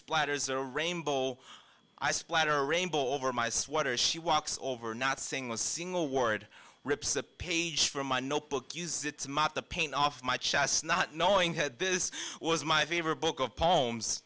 splatters a rainbow i splatter a rainbow over my sweater she walks over not saying one single word rips a page from my notebook use it to mop the paint off my chest not knowing had this was my favorite book of poems